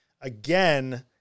again